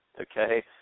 Okay